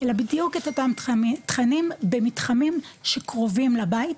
אלא בדיוק את אותם תכנים במתחמים שקרובים לבית,